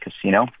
Casino